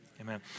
Amen